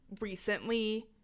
recently